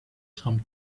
some